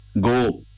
go